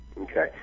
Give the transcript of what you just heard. Okay